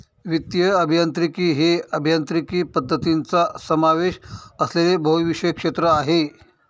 वित्तीय अभियांत्रिकी हे अभियांत्रिकी पद्धतींचा समावेश असलेले बहुविषय क्षेत्र आहे